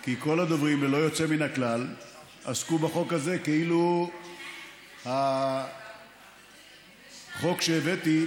כי כל הדוברים ללא יוצא מן הכלל עסקו בחוק הזה כאילו החוק שהבאתי,